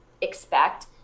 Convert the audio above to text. expect